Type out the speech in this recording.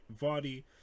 Vardy